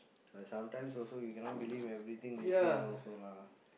uh sometimes also you cannot believe everything they say also lah